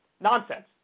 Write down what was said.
Nonsense